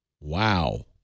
Wow